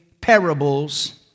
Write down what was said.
parables